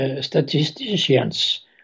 statisticians